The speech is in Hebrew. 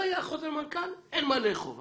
לא היה חוזר מנכ"ל, אין מה לאכוף.